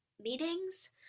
meetings